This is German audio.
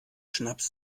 schnaps